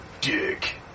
Dick